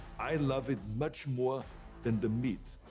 i love it much more than the meat.